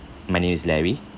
my name is larry